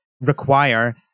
require